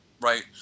right